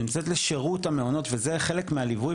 שנמצאת לשירות המעונות וזה חלק מהליווי